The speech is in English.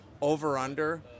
over/under